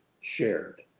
shared